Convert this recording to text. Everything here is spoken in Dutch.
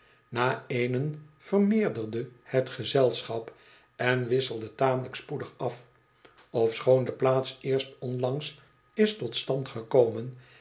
na iénen vermeerderde het gezelschap en wisselde tamelijk spoedig af ofschoon de plaats eerst onlangs is tot stand gekomen